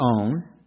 own